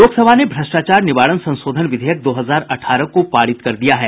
लोकसभा ने भ्रष्टाचार निवारण संशोधन विधेयक दो हजार अठारह को पारित कर दिया है